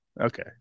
Okay